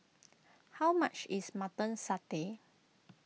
how much is Mutton Satay